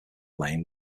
lane